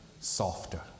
softer